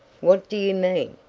what do you mean?